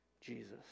Jesus